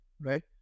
Right